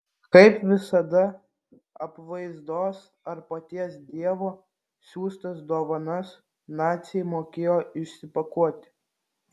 kaip visada apvaizdos ar paties dievo siųstas dovanas naciai mokėjo išsipakuoti